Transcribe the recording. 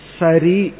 sari